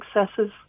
successes